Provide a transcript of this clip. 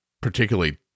particularly